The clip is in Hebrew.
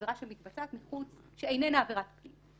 עבירה שמתבצעת מתחום שאיננה עבירת פנים.